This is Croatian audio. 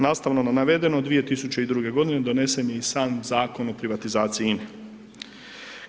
Nastavno na navedeno, 2002.g. donesen je i sam Zakon o privatizaciji INA-e.